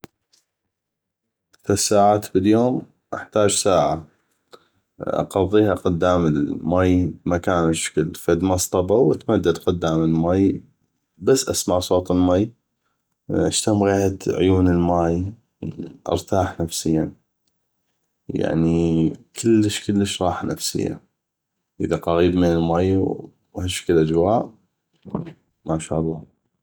ثلث ساعات باليوم احتاج ساعه اقضيها قدام المي بمكان هشكل مصطبه واتمدد قدام المي بس اسمع صوت المي اشتم غيحه عيون المي ارتاح نفسيا يعني كلش كلش راحه نفسيه اذا قغيب من المي وهشكل اجواء ما شاء الله